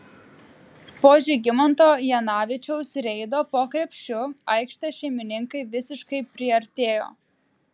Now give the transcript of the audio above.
po žygimanto janavičiaus reido po krepšiu aikštės šeimininkai visiškai priartėjo